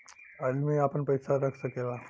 अदमी आपन पइसा रख सकेला